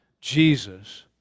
Jesus